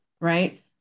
right